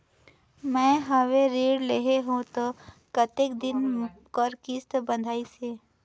मैं हवे ऋण लेहे हों त कतेक दिन कर किस्त बंधाइस हे?